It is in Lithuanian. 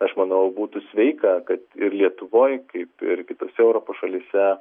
aš manau būtų sveika kad ir lietuvoj kaip ir kitose europos šalyse